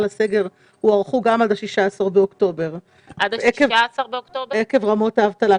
הסגר הוארכו גם הם עד ה-16 באוקטובר עקב רמות האבטלה.